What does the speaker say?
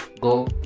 go